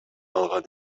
алган